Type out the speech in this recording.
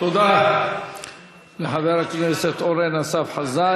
תודה לחבר הכנסת אורן אסף חזן.